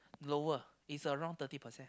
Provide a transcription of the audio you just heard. lower it's around thirty percent